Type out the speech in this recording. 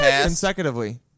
consecutively